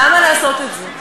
למה לעשות את זה?